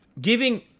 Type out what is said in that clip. giving